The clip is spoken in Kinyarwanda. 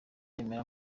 yemera